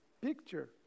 picture